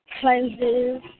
cleanses